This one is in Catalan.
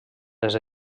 les